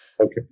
Okay